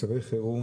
ועל מצבי חירום?